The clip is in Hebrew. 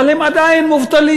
אבל הם עדיין מובטלים.